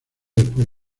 después